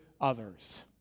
others